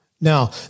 Now